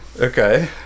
Okay